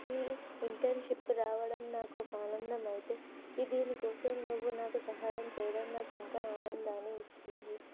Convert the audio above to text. ఈ ఇంటర్న్షిప్ రావడం నాకు ఒక ఆనందం అయితే ఈ దీనికోసం నువ్వు నాకు సహాయం చెయ్యడం నాకు ఇంకా ఆనందాన్ని ఇస్తుంది